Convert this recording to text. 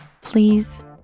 please